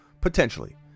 Potentially